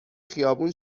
خیابون